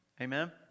Amen